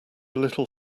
little